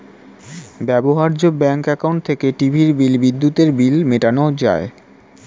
ব্যবহার্য bank account থেকে টিভির বিল, বিদ্যুতের বিল মেটানো যায়